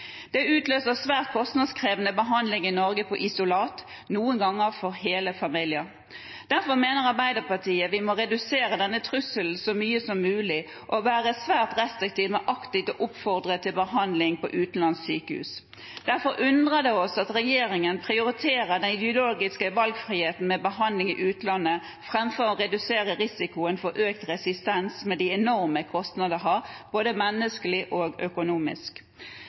Det utløser svært kostnadskrevende behandling i Norge på isolat, noen ganger for hele familier. Derfor mener Arbeiderpartiet at vi må redusere denne trusselen så mye som mulig og være svært restriktiv med aktivt å oppfordre til behandling på utenlandske sykehus. Derfor undrer det oss at regjeringen prioriterer den ideologiske valgfrihet med behandling i utlandet framfor å redusere risikoen for økt resistens med de enorme kostnadene det har, både menneskelig og økonomisk.